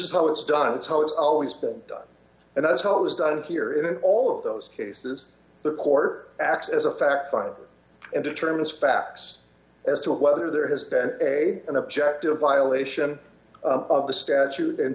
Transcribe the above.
is how it's done it's how it's always been done and that's how it was done here in all of those cases the porter acts as a fact finder and determines facts as to whether there has been a an objective violation of the statute d and